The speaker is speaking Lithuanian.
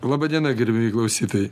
laba diena gerbiamieji klausytojai